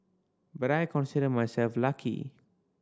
but I consider myself lucky